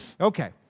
Okay